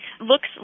looks